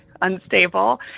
unstable